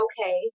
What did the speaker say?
okay